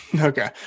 Okay